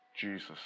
Jesus